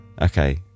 Okay